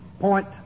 point